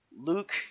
Luke